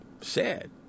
sad